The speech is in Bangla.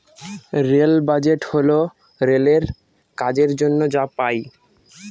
রেল বাজেট হল রেলের কাজের জন্য যা পাই